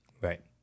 Right